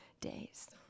days